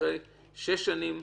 אחרי שש שנים,